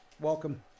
welcome